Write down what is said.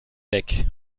weg